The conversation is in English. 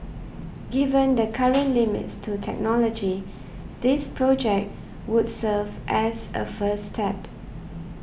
given the current limits to technology this project would serve as a first step